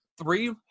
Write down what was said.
Three